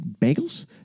bagels